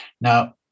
now